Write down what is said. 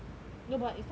no but it's not kai jun